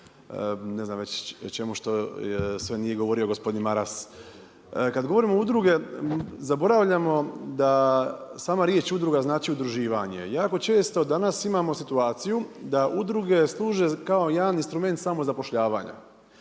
ne znam već čemu što sve nije govorio gospodin Maras. Kad govorim udruge zaboravljamo da sama riječ udruga znači udruživanje. Jako često danas imamo situaciju, da udruge služe kao jedan instrument samozapošljavanja.